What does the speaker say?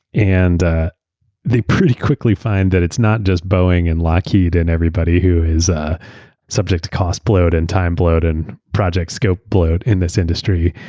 and they pretty quickly find that it's not just boeing, and lockheed, and everybody who is ah subject to cost bloat, and time bloat, and project skill bloat in this industry.